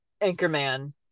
Anchorman